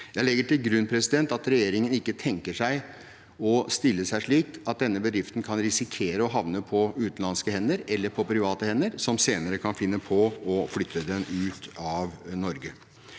Jeg legger til grunn at regjeringen ikke tenker å stille seg slik at denne bedriften kan risikere å havne på utenlandske eller på private hender, som senere kan finne på å flytte den ut av Norge.